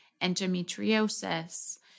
endometriosis